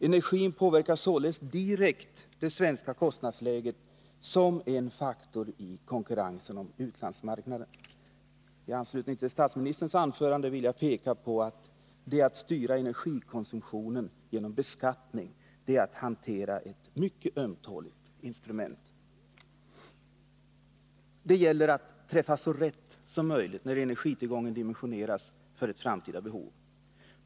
Energipriset påverkar således direkt det svenska kostnadsläget som en faktor i konkurrensen om utlandsmarknaden. I anslutning till statsministerns anförande vill jag peka på att när man styr energikonsumtionen genom beskattning hanterar man ett mycket ömtåligt instrument. Det gäller att träffa så rätt som möjligt när energitillgången dimensioneras för ett framtida behov.